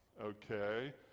okay